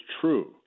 true